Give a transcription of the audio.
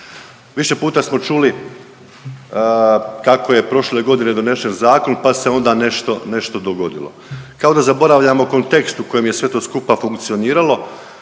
Više puta smo čuli kako je prošle godine donesen zakon, pa se onda nešto, nešto dogodilo kao da zaboravljamo kontekst u kojem je to sve skupa funkcioniralo.